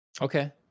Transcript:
Okay